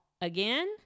again